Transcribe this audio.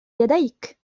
يديك